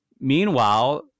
Meanwhile